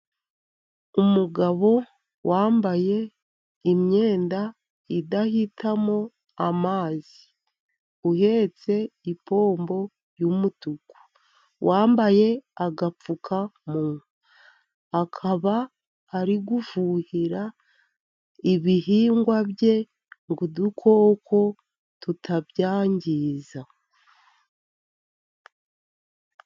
Umugabo wambaye imyenda idahitamo amazi, uhetse ipombo y'umutuku, wambaye agapfukamunwa, akaba ari gufuhira ibihingwa bye, ngo udukoko tutabyangiza.